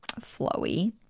flowy